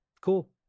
Cool